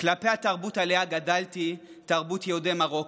כלפי התרבות שעליה גדלתי, תרבות יהודי מרוקו.